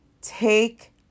take